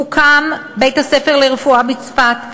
הוקם בית-הספר לרפואה בצפת,